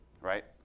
right